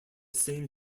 same